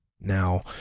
now